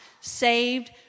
saved